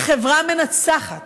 היא חברה מנצחת.